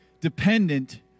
dependent